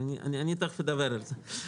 תיכף אדבר על זה.